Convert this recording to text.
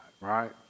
Right